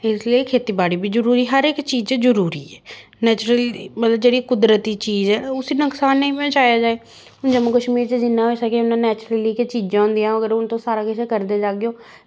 इस लेई खेतीबाड़ी बी जरूरी हर इक चीज़ जरूरी ऐ नेचरूली मतलब कुदरती चीज़ ऐ उसी नकसान नेईं पजाया जाए हून जम्मू कश्मीर च जिन्ना होई सकै उन्ना नैचुरली गै चीज़ां होंदियां हून अगर तुस सारा किश करदे जागेओ